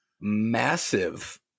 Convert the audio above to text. massive